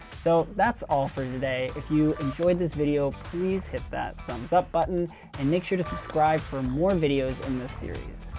so that's all for today. if you enjoyed this video, please hit that thumbs up button and make sure to subscribe for more videos in this series.